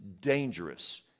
dangerous